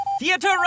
Theater